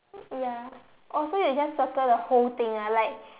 ya oh so you just circle the whole thing ah like